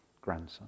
grandson